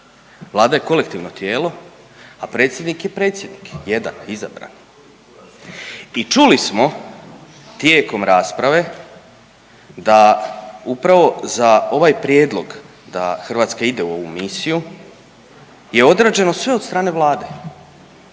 Vlada je kolektivno tijelo, a predsjednik je predsjednik, jedan izabrani. I čuli smo tijekom rasprave da upravo za ovaj prijedlog da Hrvatska ide u ovu misiju je odrađeno sve od strane Vlade,